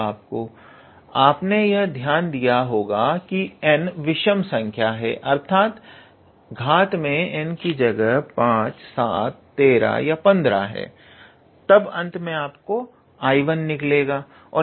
आपने इस पर ध्यान दिया होगा कि जब n विषम संख्या है अर्थात घात में n की जगह 5 7 13 या 15 है तब अंत में आपको 𝐼1 निकालना होगा